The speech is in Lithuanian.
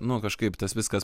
nu kažkaip tas viskas